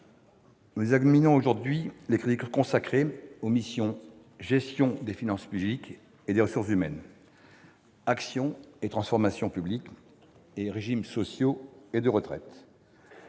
nous examinons aujourd'hui les crédits des missions « Gestion des finances publiques et des ressources humaines »,« Action et transformation publiques » et « Régimes sociaux et de retraite